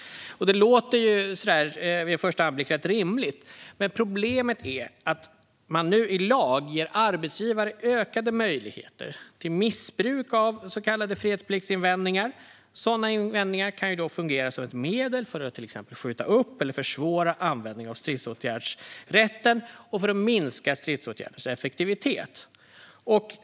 Detta låter vid en första anblick rätt rimligt, men problemet är att man nu i lag ger arbetsgivare ökade möjligheter till missbruk av så kallade fredspliktsinvändningar. Sådana invändningar kan fungera som ett medel för att till exempel skjuta upp eller försvåra användningen av stridsåtgärdsrätten och minska stridsåtgärdernas effektivitet.